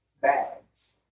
bags